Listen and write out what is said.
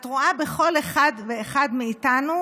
את רואה בכל אחד ואחד מאיתנו